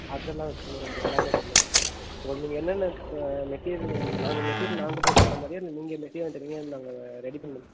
அதெல்லாம் வச்சிருக்கறேன் சார் எல்லாமே வச்சிருக்கறேன் சார் உங்களுக்கு என்னென்ன இப்போ மெட்டிரியல் வேணும் நாங்கள் மெட்டிரியல் நாங்கள் போட்டு தர மாதிரியா இல்லை நீங்கள் மெட்டிரியலாக வாங்கி தர்றீங்களா நாங்கள் ரெடி பண்ணணும்